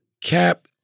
Cap